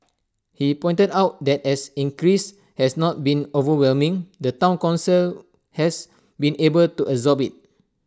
he pointed out that as increase has not been overwhelming the Town Council has been able to absorb IT